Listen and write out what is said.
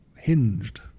hinged